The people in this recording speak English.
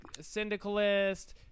syndicalist